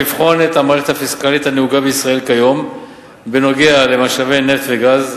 לבחון את המערכת הפיסקלית הנהוגה בישראל כיום בנוגע למשאבי נפט וגז,